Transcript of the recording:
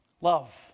Love